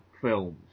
films